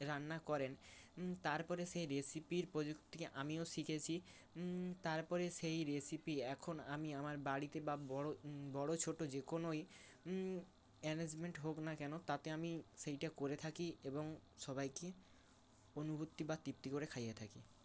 রান্না করেন তার পরে সেই রেসিপির প্রযুক্তিকে আমিও শিখেছি তার পরে সেই রেসিপি এখন আমি আমার বাড়িতে বা বড় বড় ছোটো যে কোনোই অ্যারেঞ্জমেন্ট হোক না কেন তাতে আমি সেইটা করে থাকি এবং সবাইকে অনুভূতি বা তৃপ্তি করে খাইয়ে থাকি